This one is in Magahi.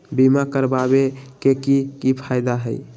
बीमा करबाबे के कि कि फायदा हई?